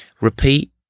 Repeat